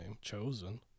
Chosen